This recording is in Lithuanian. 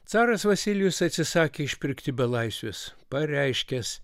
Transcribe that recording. caras vasilijus atsisakė išpirkti belaisvius pareiškęs